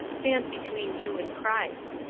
stand between you and christ.